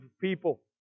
people